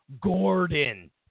Gordon